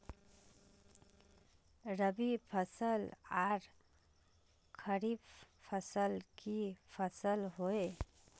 रवि फसल आर खरीफ फसल की फसल होय?